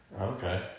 okay